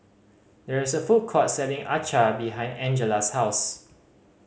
there is a food court selling acar behind Angella's house